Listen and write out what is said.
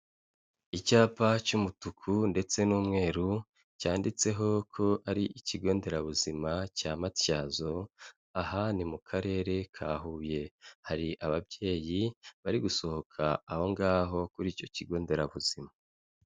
Icyapa cy'umutuku ndetse n'umweru cyanditseho ko ari ikigo nderabuzima cya Matyazo, aha ni mu karere ka Huye. Hari ababyeyi bari gusohoka aho ngaho kuri icyo kigo nderabuzima.